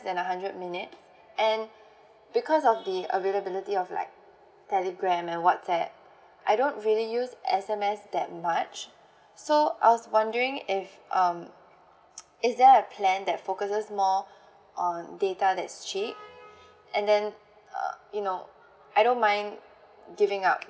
than a hundred minutes and because of the availability of like telegram and whatsapp I don't really use S_M_S that much so I was wondering if um is there a plan that focuses more on data that is cheap and then uh you know I don't mind giving up